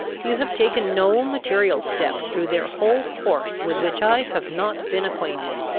you have taken no material step through their whole course with which i have not been acquainted.